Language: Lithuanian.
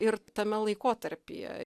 ir tame laikotarpyje